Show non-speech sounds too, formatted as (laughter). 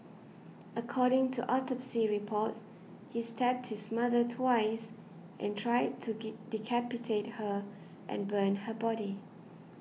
according to autopsy reports he stabbed his mother twice and tried to (noise) decapitate her and burn her body